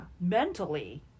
Mentally